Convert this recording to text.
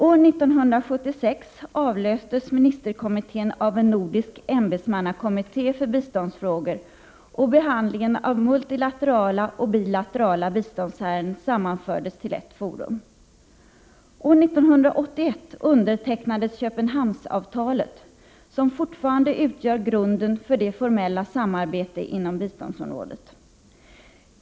År 1976 avlöstes ministerkommittén av en nordisk ämbetsmannakommitté för biståndsfrågor, och behandlingen av multilaterala och bilaterala biståndsärenden sammanfördes till ett forum. År 1981 undertecknades Köpenhamnsavtalet, som fortfarande utgör grunden för det formella samarbetet inom biståndsområdet.